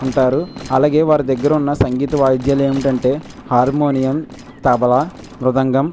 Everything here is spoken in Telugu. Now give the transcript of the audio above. ఉంటారు అలాగే వారి దగ్గర ఉన్న సంగీత వాయిద్యాలు ఏమిటంటే హార్మోనియం తబల మృదంగం